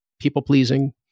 people-pleasing